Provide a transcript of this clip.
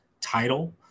title